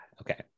Okay